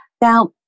Now